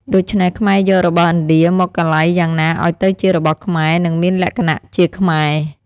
ដូច្នេះ ខ្មែរយករបស់ឥណ្ឌា មកកាឡៃយ៉ាងណាឱ្យទៅជារបស់ខ្មែរ និងមានលក្ខណៈជាខ្មែរ។